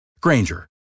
Granger